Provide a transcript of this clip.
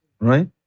Right